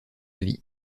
vie